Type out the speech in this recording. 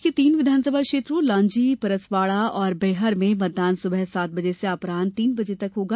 प्रदेश के तीन विधानसभा क्षेत्रों लांजी परसवाड़ा और बैहर में मतदान सुबह सात बजे से अपराह तीन बजे तक होगा